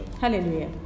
Hallelujah